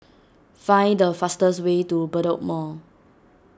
find the fastest way to Bedok Mall